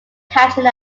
catching